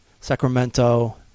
Sacramento